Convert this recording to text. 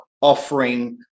offering